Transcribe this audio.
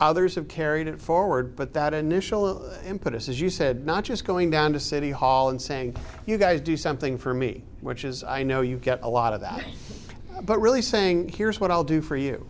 others have carried it forward but that initial impetus as you said not just going down to city hall and saying you guys do something for me which is i know you get a lot of that but really saying here's what i'll do for you